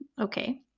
Okay